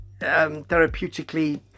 Therapeutically